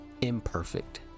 imperfect